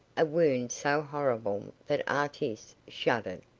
a wound so horrible that artis shuddered,